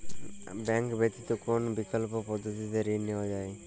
Bank ব্যতিত কোন বিকল্প পদ্ধতিতে ঋণ নেওয়া যায়?